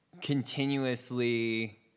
continuously